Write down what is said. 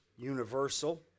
universal